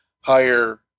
higher